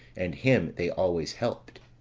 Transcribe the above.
and him they always helped.